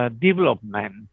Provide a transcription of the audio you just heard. development